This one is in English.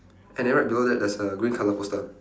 and then right below that there's a green colour poster